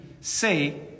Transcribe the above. say